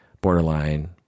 borderline